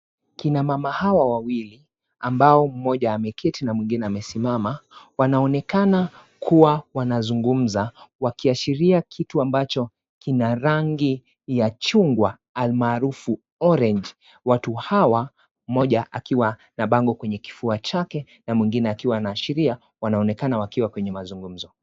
Kina mama hawa wawili, ambao mmoja ameketi na mwingine amesimama, wanaonekana kuwa wanazungumza wakiashiria kitu ambacho kina rangi ya chungwa alimaarufu Orange .Watu hawa mmoja akiwa na bango kwenye kifua chake na mwingine akiwa anaashiria. Wanaonekana wakiwa kwenye mazungumzo.